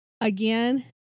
Again